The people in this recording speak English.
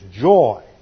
joy